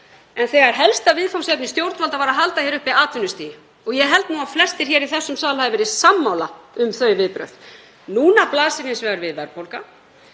en þegar helsta viðfangsefni stjórnvalda var að halda hér uppi atvinnustigi og ég held að flestir í þessum sal hafi verið sammála um þau viðbrögð. Núna blasir hins vegar við verðbólga.